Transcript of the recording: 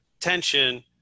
tension